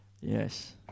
Yes